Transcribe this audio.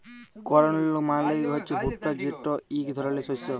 কর্ল মালে হছে ভুট্টা যেট ইক ধরলের শস্য